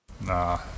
nah